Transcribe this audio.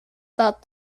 thought